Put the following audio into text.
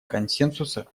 консенсуса